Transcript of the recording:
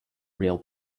real